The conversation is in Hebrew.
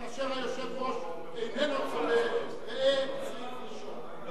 כאשר היושב-ראש איננו צודק, ראה סעיף ראשון.